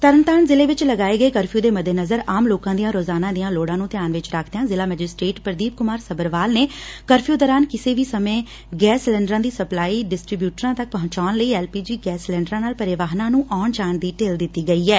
ਤਰਨਤਾਰਨ ਜ਼ਿਲ੍ਹੇ ਚ ਲਗਾਏ ਗਏ ਕਰਫਿਊ ਦੇ ਮੱਦੇਨਜ਼ਰ ਆਮ ਲੋਕਾਂ ਦੀਆਂ ਰੋਜਾਨਾ ਦੀਆਂ ਲੋੜਾਂ ਨੂੰ ਧਿਆਨ ਚ ਰੱਖਦਿਆ ਜ਼ਿਲੂਾ ਮੈਜਿਸਟਰੇਟ ਪ੍ਦੀਪ ਕੁਮਾਰ ਸੱਭਰਵਾਲ ਨੇ ਕਰਫਿਊ ਦੌਰਾਨ ਕਿਸੇ ਵੀ ਸਮੇ ਗੈਸ ਸਿਲੰਡਰਾਂ ਦੀ ਸਪਲਾਈ ਡਿਸਟੀ ਬਿਊਟਰਾਂ ਤੱਕ ਪਹੁੰਚਾਣ ਲਈ ਐਲ ਪੀ ਜੀ ਗੈਸ ਸਿਲੰਡਰਾਂ ਨਾਲ ਭਰੇ ਵਾਹਨਾਂ ਨੁੰ ਆਉਣ ਜਾਣ ਦੀ ਢਿੱਲ ਦਿੱਤੀ ਗਈ ਐ